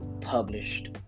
published